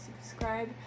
subscribe